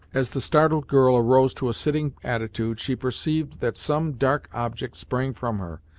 as the startled girl arose to a sitting attitude she perceived that some dark object sprang from her,